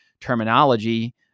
terminology